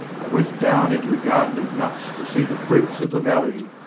i went down into the garden of nuts to see the fruits of the valley,